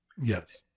Yes